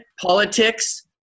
politics